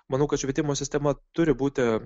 manau kad švietimo sistema turi būti